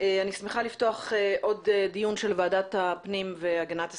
אני שמחה לפתוח דיון נוסף של ועדת הפנים והגנת הסביבה.